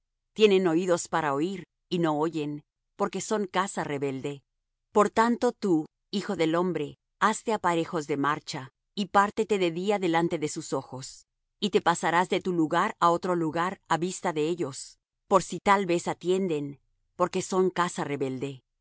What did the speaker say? tienen oídos para oir y no oyen porque son casa rebelde por tanto tú hijo del hombre hazte aparejos de marcha y pártete de día delante de sus ojos y te pasarás de tu lugar á otro lugar á vista de ellos por si tal vez atienden porque son casa rebelde